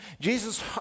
Jesus